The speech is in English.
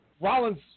Rollins